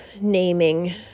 naming